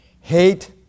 hate